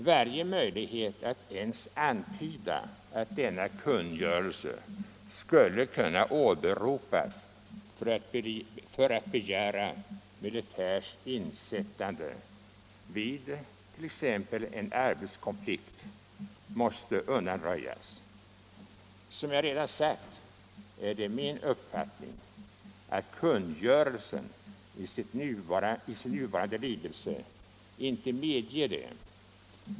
Varje möjlighet att ens antyda att denna kungörelse skulle kunna åberopas för att begära militärs insättande vid t.ex. arbetskonflikt måste undanröjas. Som jag redan sagt är det min uppfattning att kungörelsen i sin nuvarande lydelse inte medger det.